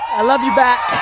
i love you back.